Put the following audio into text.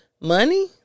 money